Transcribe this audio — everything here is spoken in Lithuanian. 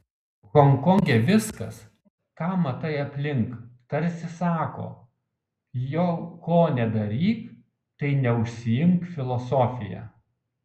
honkonge viskas ką matai aplink tarsi sako jau ko nedaryk tai neužsiimk filosofija